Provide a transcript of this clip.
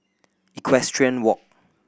Equestrian Walk